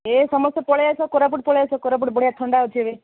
ଏ ସମସ୍ତେ ପଳାଇ ଆସ କୋରାପୁଟ ପଳାଇ ଆସ କୋରାପୁଟ ବଢ଼ିଆ ଥଣ୍ଡା ଅଛି ଏବେ